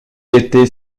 était